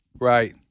Right